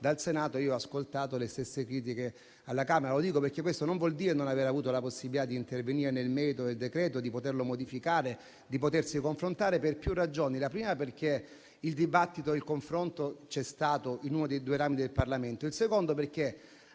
ai quali ho ascoltato le stesse critiche alla Camera. Dico questo perché ciò non vuol dire non aver avuto la possibilità di intervenire nel merito del decreto-legge, di poterlo modificare, di potersi confrontare per più ragioni: in primo luogo perché il dibattito e il confronto c'è stato in uno dei due rami del Parlamento, in secondo luogo